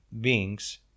beings